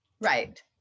right